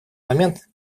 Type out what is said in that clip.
момент